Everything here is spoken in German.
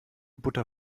butter